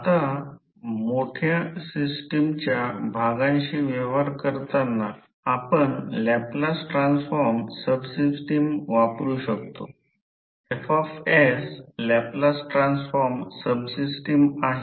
आता जर या आकृतीमध्ये पाहिले तर या टोरॉइडल रिंगवर कॉईल गुंडाळली आहे